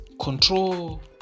control